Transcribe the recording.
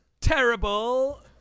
terrible